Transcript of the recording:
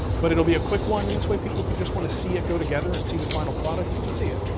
but it'll be a quick one and that way people who just want to see it go together and see the final product, you can see it.